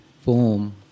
form